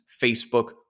Facebook